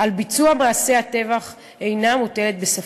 לביצוע מעשי הטבח אינה מוטלת בספק".